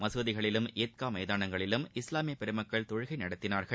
மசூதிகளிலும் ஈத்கா மைதானங்களிலும் இஸ்லாமிய பெருமக்கள் தொழுகை நடத்தினார்கள்